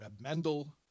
Mendel